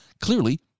clearly